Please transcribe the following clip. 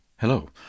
Hello